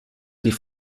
die